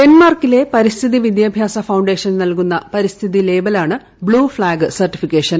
ഡെൻമാർക്കിലെ പരിസ്ഥിതി വിദ്യാഭ്യാ്സ ഫൌണ്ടേഷൻ നൽകുന്ന പരിസ്ഥിതി ലേബലാണ് ബ്ലൂ ഫ്ളാഗ് ്സർട്ടിഫിക്കേഷൻ